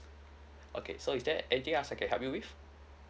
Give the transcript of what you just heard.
okay so is there anything else I can help you with